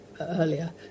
earlier